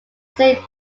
saint